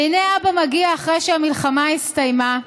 והינה אבא מגיע, אחרי שהמלחמה הסתיימה.